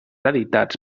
editats